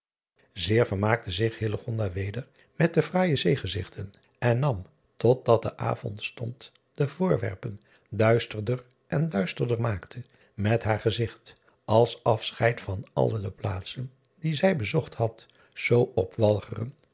eer vermaakte zich weder met de fraaije eegezigten en nam tot dat de driaan oosjes zn et leven van illegonda uisman avondstond de voorwerpen duisterder en duisterder maakte met haar gezigt als afscheid van alle de plaatsen die zij bezocht had zoo